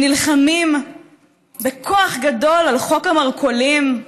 שנלחמים בכוח גדול על חוק המרכולים,